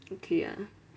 okay ah